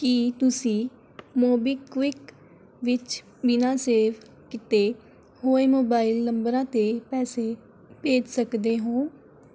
ਕੀ ਤੁਸੀਂਂ ਮੋਬੀਕਵਿਕ ਵਿੱਚ ਬਿਨਾਂ ਸੇਵ ਕੀਤੇ ਹੋਏ ਮੋਬਾਈਲ ਨੰਬਰਾਂ 'ਤੇ ਪੈਸੇ ਭੇਜ ਸਕਦੇ ਹੋ